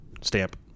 stamp